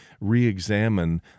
re-examine